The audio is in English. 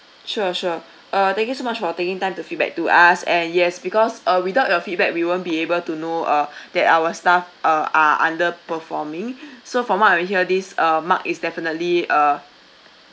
sure sure uh thank you so much for taking time to feedback to us and yes because uh without your feedback we won't be able to know uh that our staff uh are under performing so from what I'm hear this uh mark is definitely uh